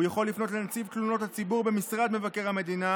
הוא יכול לפנות לנציב תלונות הציבור במשרד מבקר המדינה